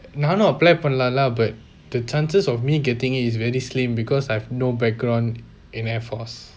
நானும்:naanum apply பன்னலாம்ல:panalaamla but the chances of me getting it is very slim because I've no background in airforce